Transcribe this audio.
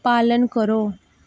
पालन करो